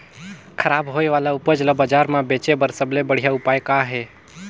खराब होए वाले उपज ल बाजार म बेचे बर सबले बढ़िया उपाय का हे?